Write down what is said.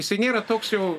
jisai nėra toks jau